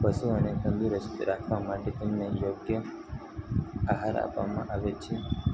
પશુઓને તંદુરસ્ત રાખવા માટે એમને યોગ્ય આહાર આપવામાં આવે છે